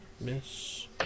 Miss